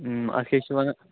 ٲں اَتھ کیٛاہ چھِ وَنان